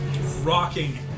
rocking